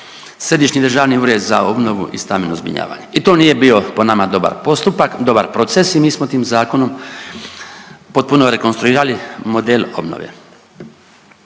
Središnji državni ured za obnovu i stambeno zbrinjavanje. I to nije bio po nama dobar postupak, dobar proces i mi smo tim zakonom potpuno rekonstruirali model obnove.